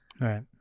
Right